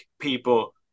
people